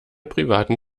privaten